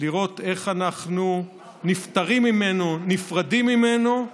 לראות איך אנחנו נפטרים ממנו, נפרדים ממנו.